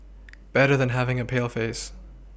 better than having a pale face